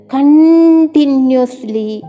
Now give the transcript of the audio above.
Continuously